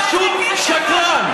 פשוט שקרן.